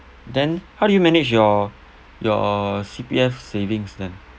then how do you manage your your C_P_F savings then